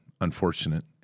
unfortunate